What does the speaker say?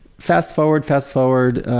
fast forward, fast forward,